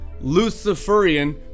Luciferian